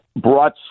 brought